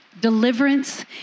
Deliverance